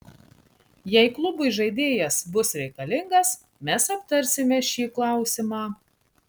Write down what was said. jei klubui žaidėjas bus reikalingas mes aptarsime šį klausimą